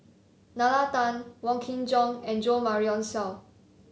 Nalla Tan Wong Kin Jong and Jo Marion Seow